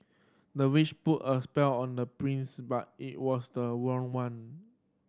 the witch put a spell on the prince but it was the wrong one